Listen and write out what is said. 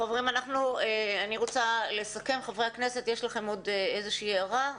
חברי הכנסת, יש לכם עוד איזושהי הערה?